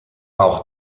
auch